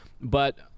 but-